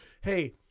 Hey